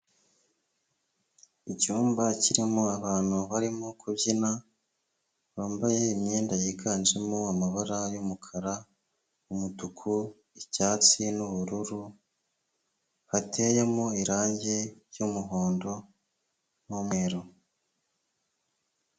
Icyumba kirimo abantu barimo kubyina, bambaye imyenda yiganjemo amabara y'umukara, umutuku, icyatsi n'ubururu, hateyemo irangi ryu'muhondo n'umweru.